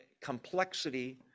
complexity